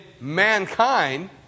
mankind